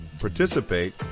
participate